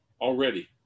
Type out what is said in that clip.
already